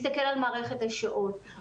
מסתכל על מערכת השעות,